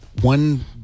one